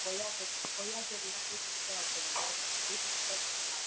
கொய்யா செடி கொய்யா செடியெல்லாம் வீட்டுக்குக்கூட வச்சுக்குலாம் வீட்டுக்குள்ளே ஆ